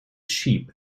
sheep